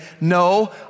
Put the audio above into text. no